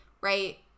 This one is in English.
right